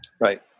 Right